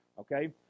okay